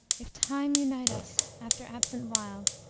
if time unite us after absent while,